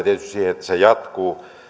tietysti tyytyväinen siihen että se jatkuu